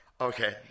Okay